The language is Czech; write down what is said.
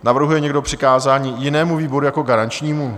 Navrhuje někdo přikázání jinému výboru jako garančnímu?